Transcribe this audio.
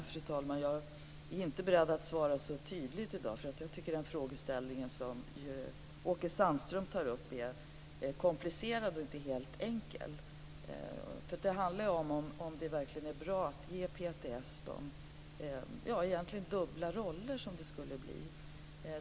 Fru talman! Jag är inte beredd att svara så tydligt i dag. Jag tycker att den frågeställning som Åke Sandström tar upp är komplicerad och inte helt enkel. Det handlar om huruvida det verkligen är bra att ge PTS de dubbla roller som det skulle innebära.